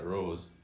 Rose